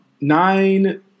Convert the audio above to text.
nine